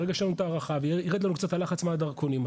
ברגע שתהיה לנו ההארכה וירד לנו הלחץ מהדרכונים,